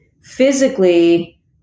physically